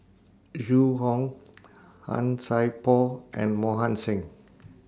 Zhu Hong Han Sai Por and Mohan Singh